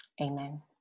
Amen